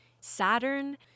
Saturn